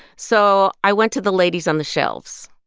so i went to the ladies on the shelves,